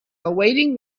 awaiting